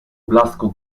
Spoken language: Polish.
blasku